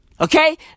Okay